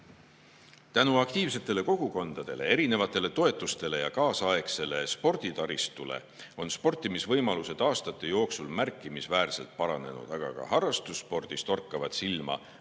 aktiivsetele kogukondadele, toetustele ja kaasaegsele sporditaristule on sportimisvõimalused aastate jooksul märkimisväärselt paranenud, aga ka harrastusspordis torkavad silma regionaalsed